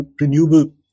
renewable